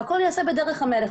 והכול ייעשה בדרך המלך.